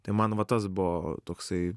tai man va tas buvo toksai